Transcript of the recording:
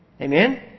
Amen